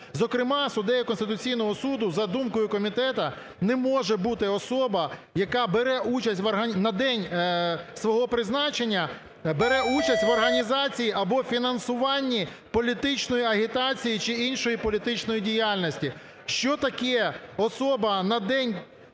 Зокрема, суддею Конституційного Суду, за думкою комітету, не може бути особа, яка бере участь в … на день свого призначення бере участь в організації або фінансуванні політичної агітації чи іншої політичної діяльності. Що таке "особа на день